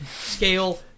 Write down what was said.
scale